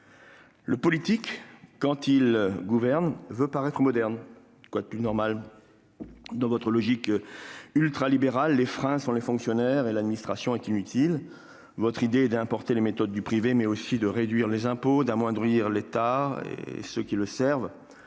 Le politique, quand il gouverne, veut paraître moderne. Quoi de plus normal ? Dans votre logique ultralibérale, les fonctionnaires sont des freins et l'administration est inutile. Votre idée est non seulement d'importer les méthodes du privé, mais aussi de réduire les impôts et d'amoindrir l'État, ainsi que ceux qui le servent.